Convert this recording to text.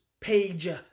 page